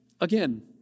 again